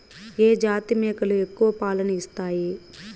ఏ జాతి మేకలు ఎక్కువ పాలను ఇస్తాయి?